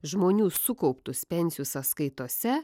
žmonių sukauptus pensijų sąskaitose